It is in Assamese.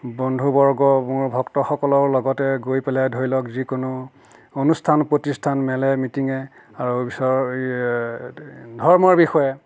বন্ধু বৰ্গ মোৰ ভক্তসকলৰ লগতে গৈ পেলাই ধৰি লওক যিকোনো অনুষ্ঠান প্ৰতিষ্ঠান মেলে মিটিঙে আৰু পিছত ধৰ্মৰ বিষয়ে